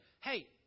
Hey